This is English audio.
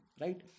right